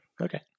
okay